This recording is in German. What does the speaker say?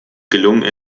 gelungen